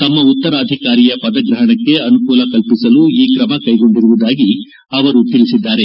ತಮ್ಮ ಉತ್ತರಾಧಿಕಾರಿಯ ಪದಗ್ರಹಣಕ್ಕೆ ಅನುಕೂಲ ಕಲ್ಸಿಸಲು ಈ ಕ್ರಮ ಕೈಗೊಂಡಿರುವುದಾಗಿ ಅವರು ತಿಳಿಸಿದ್ದಾರೆ